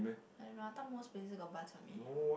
I don't know I thought most places got bak-chor-mee